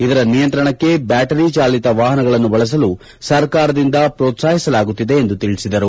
ಇದರ ನಿಯಂತ್ರಣಕ್ಕೆ ಬ್ಯಾಟರಿ ಚಾಲಿತ ವಾಹನಗಳನ್ನು ಬಳಸಲು ಸರ್ಕಾರದಿಂದ ಪ್ರೋತ್ಸಾಹಿಸಲಾಗುತ್ತಿದೆ ಎಂದು ತಿಳಿಸಿದರು